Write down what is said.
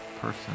person